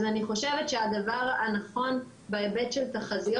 אני חושבת שהדבר הנכון בהיבט של תחזיות